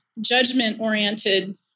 judgment-oriented